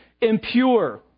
impure